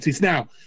Now